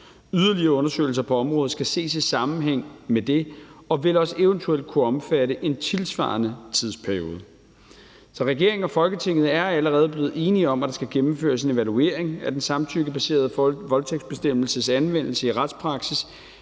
Yderligere undersøgelser på området skal ses i sammenhæng med det og vil også eventuelt kunne omfatte en tilsvarende tidsperiode. Så regeringen og Folketinget er allerede blevet enige om, at der skal gennemføres en evaluering af den samtykkebaserede voldtægtsbestemmelses anvendelse i retspraksis,